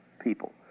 people